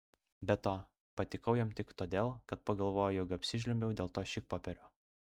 be to patikau jam tik todėl kad pagalvojo jog apsižliumbiau dėl to šikpopierio